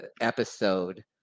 episode